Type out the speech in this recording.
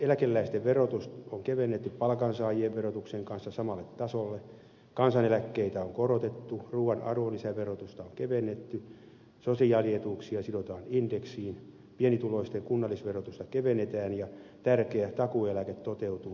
eläkeläisten verotusta on kevennetty palkansaajien verotuksen kanssa samalle tasolle kansaneläkkeitä on korotettu ruuan arvonlisäverotusta on kevennetty sosiaalietuuksia sidotaan indeksiin pienituloisten kunnallisverotusta kevennetään ja tärkeä takuueläke toteutuu ensi maaliskuussa